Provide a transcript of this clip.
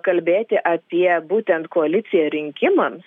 kalbėti apie būtent koaliciją rinkimams